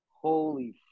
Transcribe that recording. holy